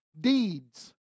deeds